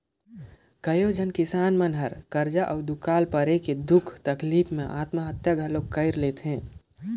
कयोझन किसान मन हर करजा अउ दुकाल परे के दुख तकलीप मे आत्महत्या घलो कइर लेथे